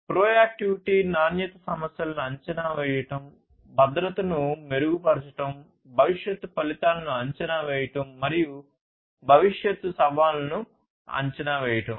proactivity నాణ్యత సమస్యలను అంచనా వేయడం భద్రతను మెరుగుపరచడం భవిష్యత్తు ఫలితాలను అంచనా వేయడం మరియు భవిష్యత్తు సవాళ్లను అంచనా వేయడం